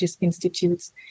institutes